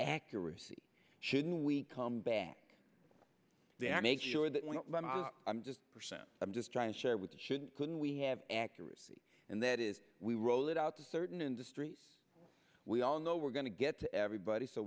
accuracy shouldn't we come back there make sure that when i'm just i'm just trying to share with you shouldn't couldn't we have accuracy and that is we roll it out to certain industries we all know we're going to get to everybody so